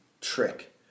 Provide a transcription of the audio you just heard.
trick